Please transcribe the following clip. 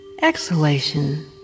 Exhalation